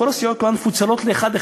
כל הסיעות כולן מפוצלות לאחד,